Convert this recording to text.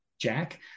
Jack